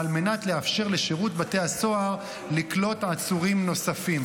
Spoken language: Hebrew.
ועל מנת לאפשר לשירות בתי הסוהר לקלוט עצורים נוספים.